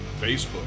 Facebook